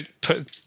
put